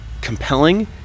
Compelling